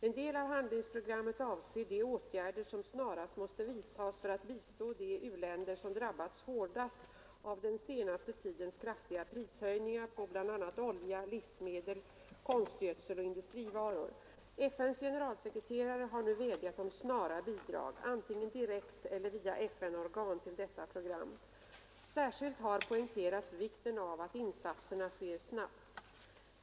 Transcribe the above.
En del av handlingsprogrammet avser de åtgärder som snarast måste vidtas för att bistå de u-länder som drabbats hårdast av den senaste tidens kraftiga prishöjningar på bl.a. olja, livsmedel, konstgödsel och industrivaror. FN:s generalsekreterare har nu vädjat om snara bidrag — antingen direkt eller via FN-organ — till detta program. Särskilt har poängterats vikten av att insatserna sker snabbt.